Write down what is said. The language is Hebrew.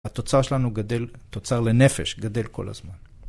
התוצר שלנו גדל, תוצר לנפש גדל כל הזמן.